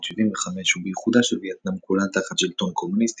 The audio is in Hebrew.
1975 ובאיחודה של וייטנאם כולה תחת שלטון קומוניסטי,